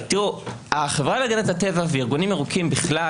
החברה להגנת הטבע וארגונים ירוקים בכלל,